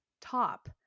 top